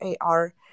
AR